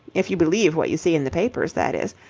if you believe what you see in the papers, that is.